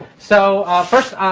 so first,